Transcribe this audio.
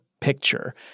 picture